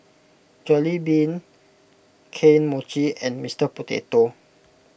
Jollibean Kane Mochi and Mister Potato